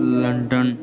London